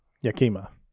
Yakima